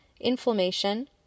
inflammation